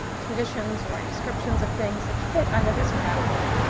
conditions or descriptions of things that fit under this category,